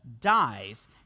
dies